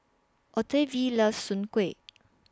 Octavie loves Soon Kway